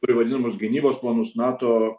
turi vadinamus gynybos planus nato